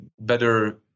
better